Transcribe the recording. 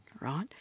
right